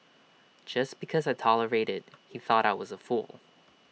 just because I tolerated he thought I was A fool